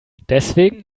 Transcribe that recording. deswegen